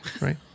right